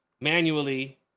manually